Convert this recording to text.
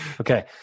Okay